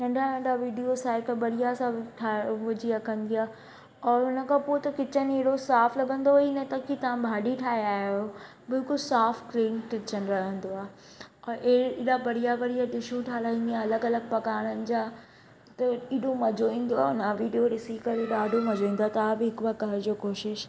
नंढा नंढा वीडियो छा आहे त बढ़िया सां ठाहे विझी रखंदी आहे ओर हुनखां पोइ किचन अहिड़ो रोज़ साफ लगंदो ई न त की तव्हां भाॼी ठाहे आया आहियो बिल्कुलु साफ क्लिन किचन रहंदो आहे और एक अहिड़ा बढ़िया बढ़िया डिशूं ठहाराईंदी आहे अलॻि अलॻि पकवाण जा त एडो मजो ईंदो आहे मां वीडियो डिसी करे ॾाढो मजो ईंदो आ तहां बि हिक बार कर जो कोशिशि